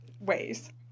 ways